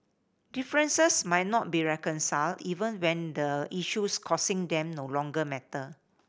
differences might not be reconciled even when the issues causing them no longer matter